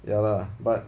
ya lah but